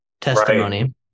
testimony